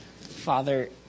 Father